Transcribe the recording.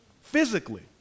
physically